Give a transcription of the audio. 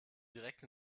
direkt